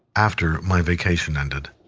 after my vacation ended,